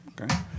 Okay